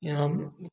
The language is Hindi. यह हम